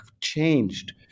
changed